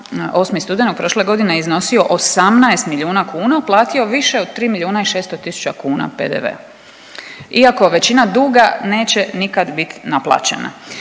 8. studenog prošle godine iznosio 18 milijuna kuna platio više od 3 milijuna i 600 000 kuna PDV-a iako većina duga neće nikad bit naplaćena.